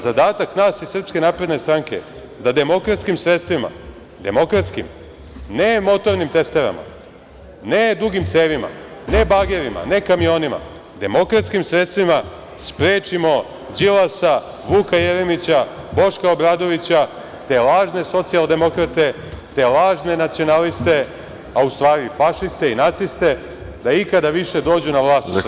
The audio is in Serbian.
Zadatak nas iz SNS je da demokratskim sredstvima, a ne motornim testerama, ne dugim cevima, ne bagerima, ne kamionima, demokratskim sredstvima sprečimo Đilasa, Vuka Jeremića, Boška Obradovića, te lažne socijaldemokrate, te lažne nacionaliste, a u stvari fašiste i naciste da ikada više dođu na vlast u Srbiji.